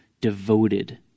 devoted